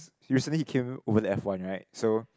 recently he came over to F one right so